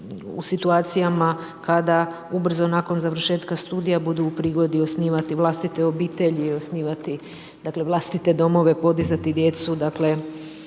u situacijama kada ubrzo nakon završetka studija, budu u prigodi osnivati vlastite obitelji, osnivati vlastite domove, podizati djecu,